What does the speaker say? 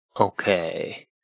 Okay